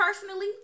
personally